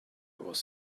was